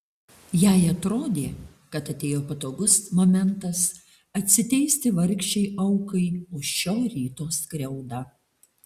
jai atrodė kad atėjo patogus momentas atsiteisti vargšei aukai už šio ryto skriaudą